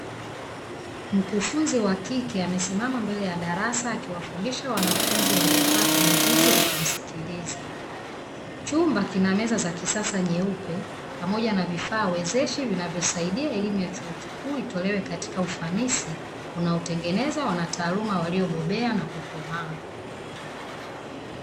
Mkufunzi wa kike amesimama mbele ya darasa akiwafundisha wanafunzi waliokaa kwenye viti wakimsikiliza. Vhumba kina meza za kisasa nyeupe, pamoja na vifaa wezeshi vinavyosaidia elimu ya chuo kikuu itolewe katika ufanisi, unaotengeneza wanataaluma waliobobea na kukomaa.